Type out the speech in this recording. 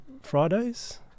Fridays